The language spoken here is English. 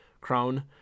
Crown